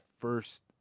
first